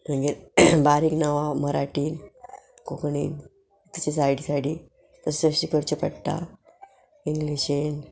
बारीक नांवां मराठीन कोंकणीन तशी सायडी सायडीन तशें तशी करचें पडटा इंग्लीशीन